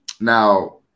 now